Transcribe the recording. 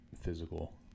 physical